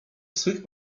swych